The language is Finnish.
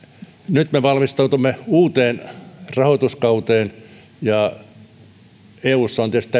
nyt me valmistaudumme uuteen rahoituskauteen ja eussa on tietysti